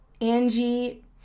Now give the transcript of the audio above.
Angie